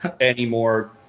anymore